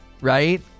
right